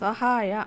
ಸಹಾಯ